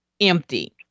empty